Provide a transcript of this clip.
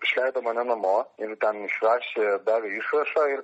išleido mane namo ir ten išrašė dar išrašą ir